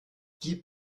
gib